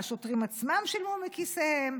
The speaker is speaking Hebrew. והשוטרים עצמם שילמו מכיסם.